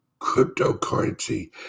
cryptocurrency